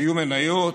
היו מניות,